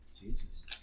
Jesus